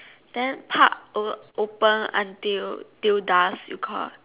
then park o~ open until till dusk you got